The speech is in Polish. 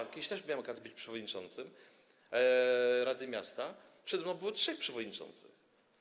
Też kiedyś miałem okazję być przewodniczącym rady miasta, przede mną było trzech przewodniczących.